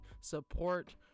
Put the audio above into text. support